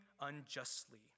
unjustly